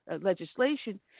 legislation